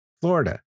Florida